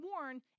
warned